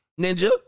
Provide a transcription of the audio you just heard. ninja